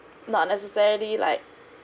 not necessarily like